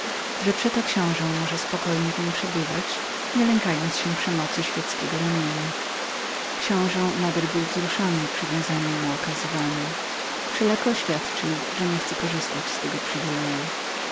że przeto książe mógł spokojnie w nim przebywać nie lękając się przemocy świeckiego ramienia książe nader był wzruszony przywiązaniem mu okazywanem wszelako oświadczył że nie chce korzystać z tego przywileju